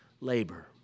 labor